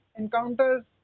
encounters